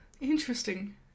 Interesting